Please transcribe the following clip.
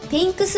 Pink